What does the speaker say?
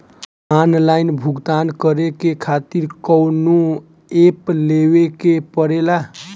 Online भुगतान करके के खातिर कौनो ऐप लेवेके पड़ेला?